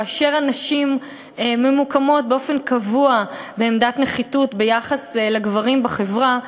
כאשר הנשים ממוקמות באופן קבוע בעמדת נחיתות ביחס לגברים בחברה,